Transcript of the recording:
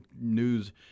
news